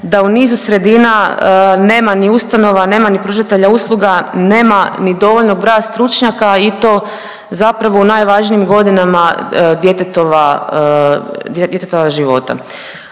da u nizu sredina nema ni ustanova, nema ni pružatelja usluga, nema ni dovoljnog broja stručnjaka i to zapravo u najvažnijim godinama djetetova,